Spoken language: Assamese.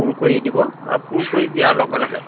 পূৰ কৰি দিব আৰু পূৰ কৰি দিয়াৰ লগে লগে